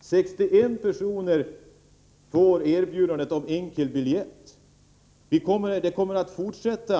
61 personer får erbjudandet om enkelbiljett, och rationaliseringen kommer att fortsätta.